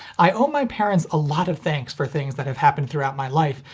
i owe my parents a lot of thanks for things that have happened throughout my life,